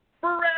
forever